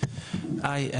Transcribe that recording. היי,